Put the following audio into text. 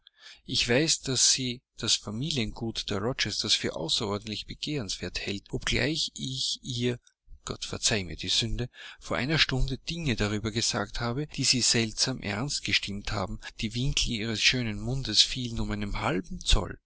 ich weiß daß sie das familiengut der rochesters für außerordentlich begehrenswert hält obgleich ich ihr gott verzeihe mir die sünde vor einer stunde dinge darüber gesagt habe die sie seltsam ernst gestimmt haben die winkel ihres schönen mundes fielen um einen halben zoll